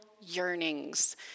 yearnings